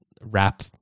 wrap